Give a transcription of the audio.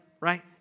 right